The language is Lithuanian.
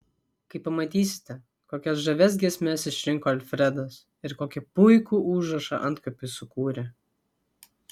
kai pamatysite kokias žavias giesmes išrinko alfredas ir kokį puikų užrašą antkapiui sukūrė